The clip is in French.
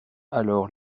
alors